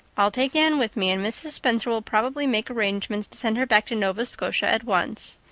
i'll take anne with me and mrs. spencer will probably make arrangements to send her back to nova scotia at once.